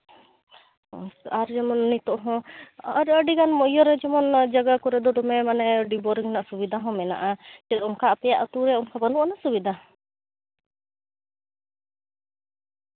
ᱚᱸᱻ ᱟᱨ ᱧᱮᱞ ᱢᱮ ᱱᱤᱛᱳᱜ ᱦᱚᱸ ᱟᱨ ᱟᱹᱰᱤ ᱜᱟᱱ ᱤᱭᱟᱹᱨᱮ ᱡᱮᱢᱚᱱ ᱡᱟᱭᱜᱟ ᱠᱚᱨᱮ ᱫᱚᱢᱮ ᱢᱟᱱᱮ ᱰᱤᱯ ᱵᱳᱨᱤᱝ ᱨᱮᱱᱟᱜ ᱥᱩᱵᱤᱫᱟ ᱦᱚᱸ ᱢᱮᱱᱟᱜᱼᱟ ᱪᱮᱫ ᱟᱯᱮᱭᱟᱜ ᱟᱛᱳ ᱨᱮ ᱚᱱᱠᱟ ᱵᱟᱹᱱᱩᱜᱼᱟᱱᱟ ᱥᱩᱵᱤᱫᱷᱟ